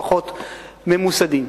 פחות ממוסדים.